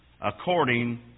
according